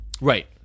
Right